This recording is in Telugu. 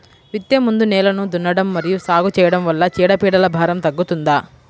విత్తే ముందు నేలను దున్నడం మరియు సాగు చేయడం వల్ల చీడపీడల భారం తగ్గుతుందా?